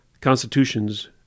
constitutions